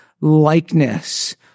likeness